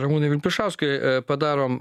ramūnui vilpišauskui padarom